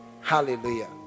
Hallelujah